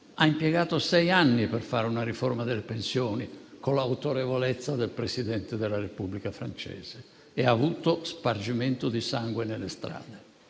ha impiegato sei anni per fare una riforma delle pensioni, pur con l'autorevolezza del Presidente della Repubblica francese, ed ha avuto spargimento di sangue nelle strade.